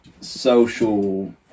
social